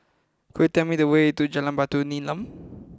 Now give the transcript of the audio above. could you tell me the way to Jalan Batu Nilam